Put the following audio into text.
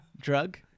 drug